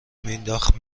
مینداخت